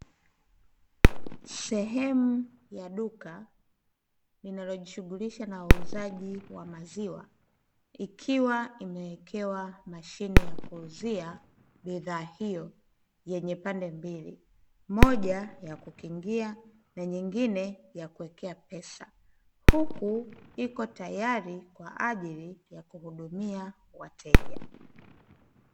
Sehemu ya duka linalijishughulisha na uuzaji wa maziwa, ikiwa imeekewa mashine ya kuuzia bidhaa hiyo yenye pande mbili moja ya kukikingia na nyingine ya kuwekea pesa huku iko tayari kwa ajili ya kuhudumia wateja.